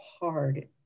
hard